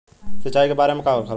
सिंचाई के बार होखेला?